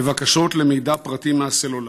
בבקשות למידע פרטי מהסלולר.